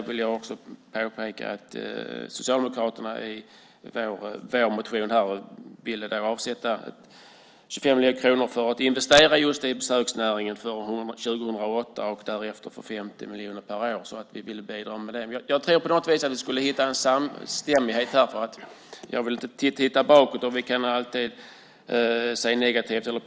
Vi socialdemokrater föreslog i vår motion att 25 miljoner kronor skulle investeras i besöksnäringen för 2008 och därefter 50 miljoner per år. Jag tycker att det vore bra om vi hade en samstämmighet här. Man kan alltid titta bakåt och hitta negativa och positiva saker.